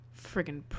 Friggin